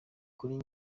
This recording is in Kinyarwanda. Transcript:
kuri